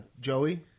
Joey